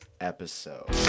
episode